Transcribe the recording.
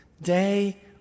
day